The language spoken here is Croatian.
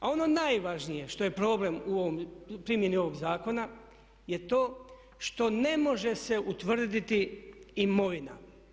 A ono najvažnije što je problem u primjeni ovog zakona je to što ne može se utvrditi imovina.